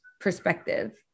perspective